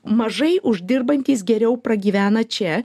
mažai uždirbantys geriau pragyvena čia